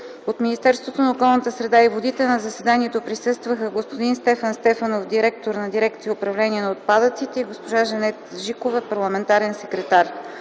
От Министерството на околната среда и водите на заседанието присъстваха: господин Стефан Стефанов – директор на дирекция „Управление на отпадъците”, госпожа Жанет Жикова – парламентарен секретар.